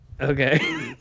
Okay